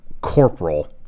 corporal